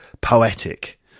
poetic